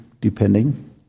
depending